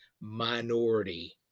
minority